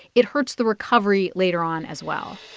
it hurts the recovery later on as well